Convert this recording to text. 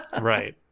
Right